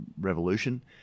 revolution